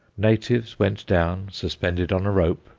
natives went down, suspended on a rope,